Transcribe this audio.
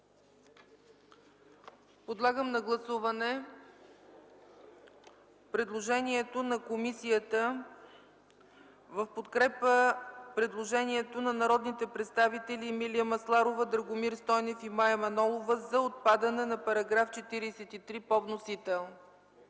Подлагам на гласуване предложението на комисията в подкрепа предложението на народните представители Емилия Масларова, Драгомир Стойнев и Мая Манолова за отпадане на § 43 по вносител.